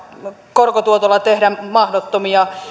korkotuotolla tehdä mahdottomia